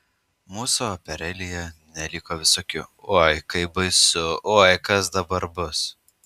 mūsų operėlėje neliko visokių oi kaip baisu oi kas dabar bus